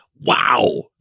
Wow